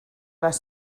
les